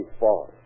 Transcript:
fall